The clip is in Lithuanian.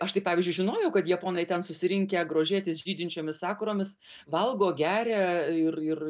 aš tai pavyzdžiui žinojau kad japonai ten susirinkę grožėtis žydinčiomis sakuromis valgo geria ir ir